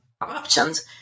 options